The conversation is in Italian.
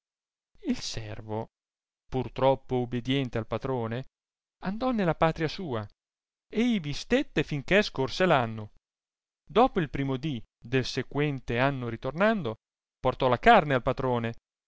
il servo pur troppo ubidiente al patrone andò nella patria sua e ivi stette finché scorse l'anno dopo il primo dì del sequente anno ritornando portò la carne al patrone